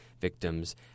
victims